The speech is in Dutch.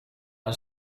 een